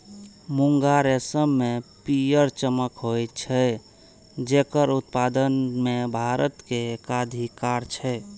मूंगा रेशम मे पीयर चमक होइ छै, जेकर उत्पादन मे भारत के एकाधिकार छै